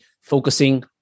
focusing